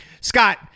Scott